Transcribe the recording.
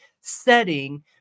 setting